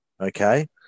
okay